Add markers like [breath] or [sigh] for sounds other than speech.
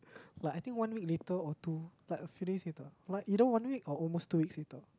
[breath] but I think one week later or two like a few days later like either one week or almost two weeks later